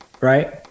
Right